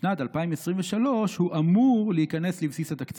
משנת 2023 הוא אמור להיכנס לבסיס התקציב.